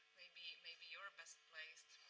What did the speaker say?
maybe maybe you are best placed.